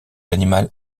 l’animal